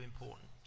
important